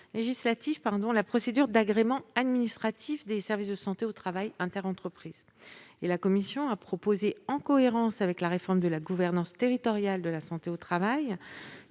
la procédure d'agrément administratif des services de prévention et de santé au travail interentreprises (SPSTI). La commission a proposé, en cohérence avec la réforme de la gouvernance territoriale de la santé au travail,